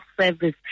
service